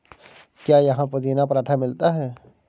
क्या यहाँ पुदीना पराठा मिलता है?